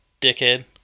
Dickhead